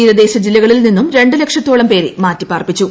തീരദേശ ജില്ലകളിൽ നിന്നും രണ്ടു ലക്ഷത്തോളം പേരെ മാറ്റിപാർപ്പിച്ചു